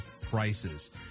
prices